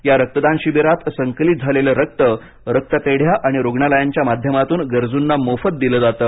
या रक्तदान शिबिरांत संकलित झालेलं रक्त रक्तपेढ्या आणि रुग्णालयांच्या माध्यमातून गरजूंना मोफत दिलं जातं